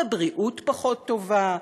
ובריאות פחות טובה,